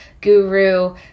guru